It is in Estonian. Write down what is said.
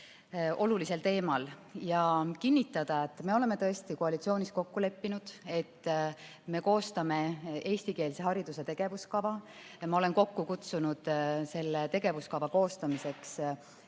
olulisel teemal ja kinnitada, et me oleme tõesti koalitsioonis kokku leppinud, et me koostame eestikeelse hariduse tegevuskava. Ma olen selle tegevuskava koostamiseks kokku